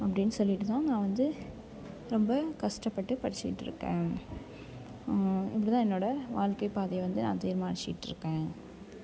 அப்படின்னு சொல்லிவிட்டுதான் நான் வந்து ரொம்ப கஷ்டப்பட்டு படித்துட்டு இருக்கேன் இப்படி தான் என்னோடய வாழ்க்கை பாதை வந்து நான் தீர்மானித்துக்கிட்டு இருக்கேன்